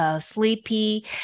sleepy